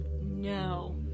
No